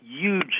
huge